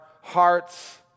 hearts